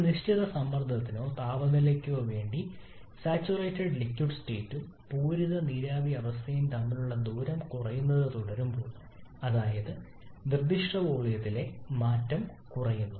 ഒരു നിശ്ചിത സമ്മർദ്ദത്തിനോ താപനിലയ്ക്കോ വേണ്ടി സാച്ചുറേറ്റഡ് ലിക്വിഡ് സ്റ്റേറ്റും പൂരിത നീരാവി അവസ്ഥയും തമ്മിലുള്ള ദൂരം കുറയുന്നത് തുടരുമ്പോൾ അതായത് നിർദ്ദിഷ്ട വോളിയത്തിലെ മാറ്റം കുറയുന്നു